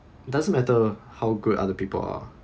doesn't matter how good other people are